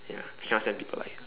ya cannot stand people like